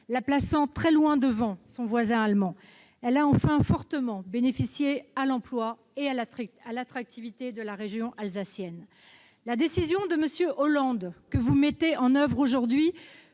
la plaçant très loin devant son voisin allemand. Elle a, enfin, fortement bénéficié à l'emploi et à l'attractivité de la région alsacienne. La décision de M. Hollande que vous mettez en oeuvre aujourd'hui,